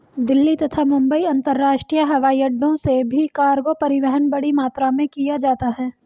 दिल्ली तथा मुंबई अंतरराष्ट्रीय हवाईअड्डो से भी कार्गो परिवहन बड़ी मात्रा में किया जाता है